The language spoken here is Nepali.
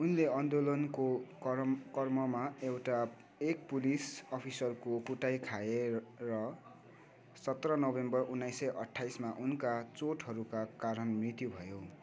उनले आन्दोलनको क्रम क्रममा एउटा एक पुलिस अफिसरको कुटाई खाए र सत्र नोभेम्बर उन्नाइस सय अठ्ठाइसमा उनका चोटहरूका कारण मृत्यु भयो